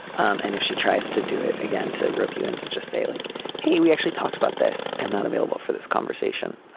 um and if she tries to do it again to rope you in to just say like hey we actually talked about this. i'm not available for this conversation.